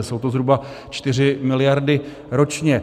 Jsou to zhruba 4 miliardy ročně.